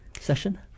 session